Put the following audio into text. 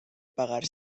pagar